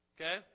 Okay